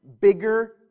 bigger